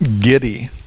giddy